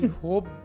hope